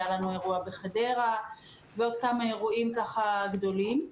האירוע בחדרה ועוד אירועים גדולים.